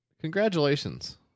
Congratulations